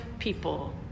people